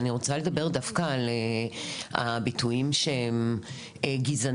אני רוצה לדבר דווקא על הביטויים שהם גזעניים,